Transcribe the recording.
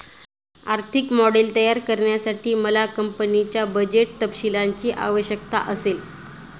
आर्थिक मॉडेल तयार करण्यासाठी मला कंपनीच्या बजेट तपशीलांची आवश्यकता असेल